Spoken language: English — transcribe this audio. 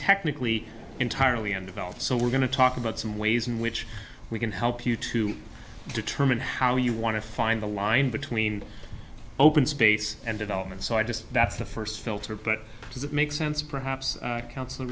technically entirely undeveloped so we're going to talk about some ways in which we can help you to determine how you want to find the line between open space and development so i just that's the first filter but does it make sense perhaps coun